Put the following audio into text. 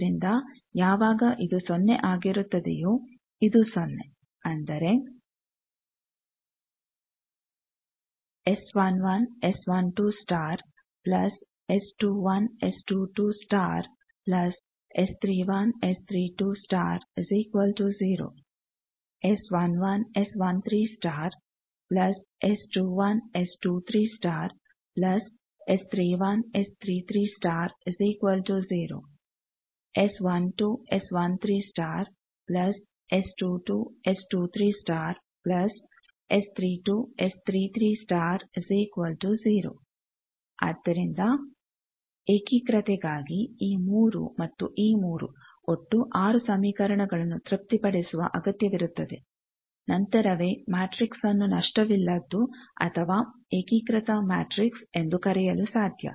ಆದ್ದರಿಂದ ಯಾವಾಗ ಇದು ಸೊನ್ನೆ ಆಗಿರುತ್ತದೆಯೋ ಇದು ಸೊನ್ನೆ ಅಂದರೆ ಆದ್ದರಿಂದ ಏಕೀಕೃತೆಗಾಗಿ ಈ ಮೂರು ಮತ್ತು ಈ ಮೂರು ಒಟ್ಟು ಆರು ಸಮೀಕರಣಗಳನ್ನು ತೃಪ್ತಿಪಡಿಸುವ ಅಗತ್ಯವಿರುತ್ತದೆ ನಂತರವೇ ಮ್ಯಾಟ್ರಿಕ್ಸ್ನ್ನು ನಷ್ಟವಿಲ್ಲದ್ದು ಅಥವಾ ಏಕೀಕೃತ ಮ್ಯಾಟ್ರಿಕ್ಸ್ ಎಂದು ಕರೆಯಲು ಸಾಧ್ಯ